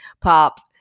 pop